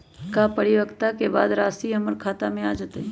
का परिपक्वता के बाद राशि हमर खाता में आ जतई?